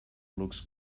looks